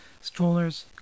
strollers